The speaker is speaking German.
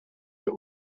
wir